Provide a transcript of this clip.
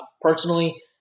personally